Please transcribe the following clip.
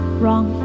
wrong